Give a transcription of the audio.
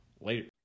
Later